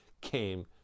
came